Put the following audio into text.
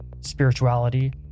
spirituality